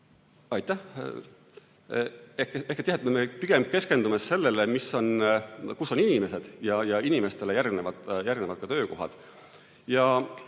Aitäh! Ehk tegelikult me pigem keskendume sellele, kus on inimesed, ja inimestele järgnevad ka töökohad.